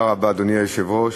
אדוני היושב-ראש,